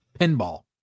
Pinball